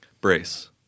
Brace